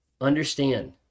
understand